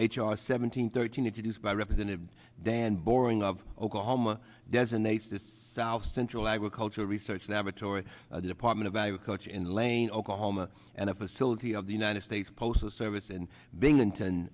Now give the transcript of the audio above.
hundred thirteen introduced by representative dan boring of oklahoma designates the south central agricultural research laboratory at the department of agriculture in lane oklahoma and a facility of the united states postal service and binghamton